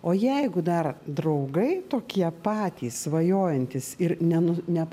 o jeigu dar draugai tokie patys svajojantys ir nenu nepa